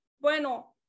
Bueno